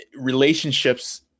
relationships